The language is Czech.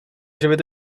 živit